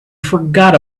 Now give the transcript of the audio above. forgot